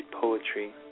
poetry